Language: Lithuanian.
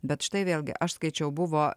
bet štai vėlgi aš skaičiau buvo